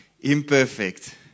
imperfect